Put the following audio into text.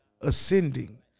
ascending